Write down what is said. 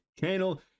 channel